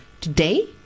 today